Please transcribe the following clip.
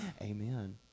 Amen